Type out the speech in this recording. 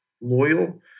loyal